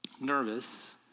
nervous